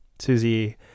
Susie